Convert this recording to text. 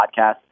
podcast